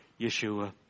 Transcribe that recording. Yeshua